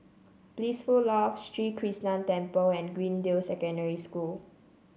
Blissful Loft Sri Krishnan Temple and Greendale Secondary School